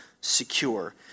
secure